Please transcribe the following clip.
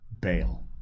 Bail